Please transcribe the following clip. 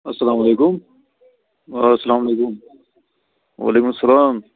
السلام علیکُم السلام علیکُم وعلیکُم السلام